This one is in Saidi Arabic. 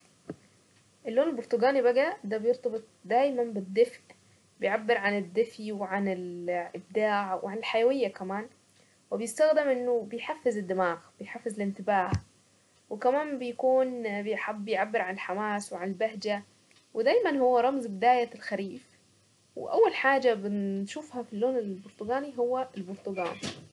اللون البرتقالي بقى ده بيرتبط دايما بالدفا بيعبر عن الدفي وعن الابداع وعن الحيوية كمان وبيستخدم انه بيحفز الدماغ وبيحفز الانتباه وكمان بيكون بيعبر عن الحماس وعن البهجة ودايما هو رمز بداية الخريف واول حاجة بنشوفها في اللون البرتقالي هو البرتقال.